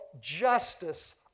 justice